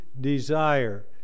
desire